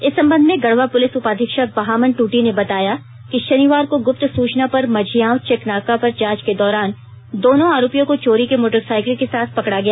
इस सम्बंध में गढ़वा पुलिस उपाधीक्षक बहामन टूटी ने बताया कि शनिवार को गुप्त सूचना पर मझिआंव चेकनाका पर जांच के दौरान दोनों आरोपियों को चोरी के मोटरसाइकिल के साथ पकड़ा गया